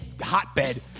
hotbed